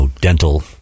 dental